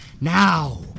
Now